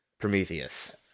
Prometheus